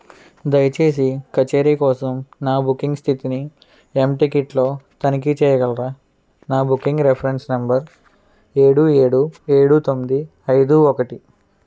దయచేసి కచేరీ కోసం నా బుకింగ్ స్థితిని ఎంటికెట్లో తనిఖీ చెయ్యగలరా నా బుకింగ్ రెఫరెన్స్ నంబర్ ఏడు ఏడు ఏడు తొమ్మిది ఐదు ఒకటి